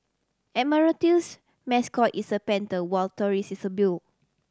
admiralty's mascot is a panther while Taurus is a bill